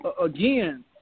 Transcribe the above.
again